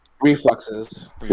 Reflexes